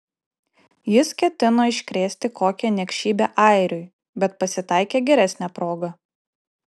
jis ketino iškrėsti kokią niekšybę airiui bet pasitaikė geresnė proga